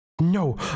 No